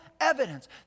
evidence